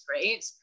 right